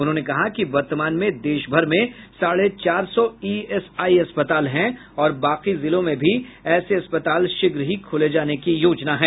उन्होंने कहा कि वर्तमान में देशभर में साढे चार सौ ईएसआई अस्पताल हैं और बाकी जिलों में भी ऐसे अस्पताल शीघ्र ही खोले जाने की योजना है